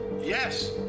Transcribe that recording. Yes